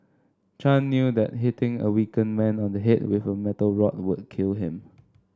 Chan knew that hitting a weakened man on the head with a metal rod would kill him